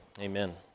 amen